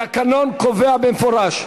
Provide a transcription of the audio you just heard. התקנון קובע במפורש.